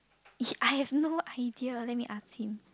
I have no idea let me ask him